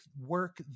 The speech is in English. work